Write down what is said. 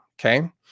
Okay